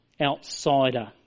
outsider